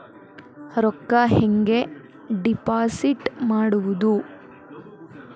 ರೊಕ್ಕ ಹೆಂಗೆ ಡಿಪಾಸಿಟ್ ಮಾಡುವುದು?